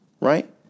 right